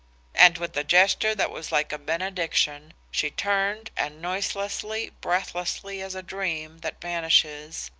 and with a gesture that was like a benediction, she turned, and noiselessly, breathlessly as a dream that vanishes,